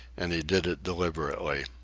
and he did it deliberately.